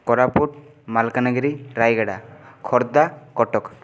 Koraput Malkangiri Rayagada Khordha Cuttack